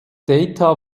data